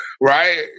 right